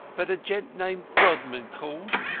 but a gent named grodman called.